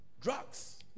drugs